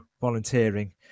volunteering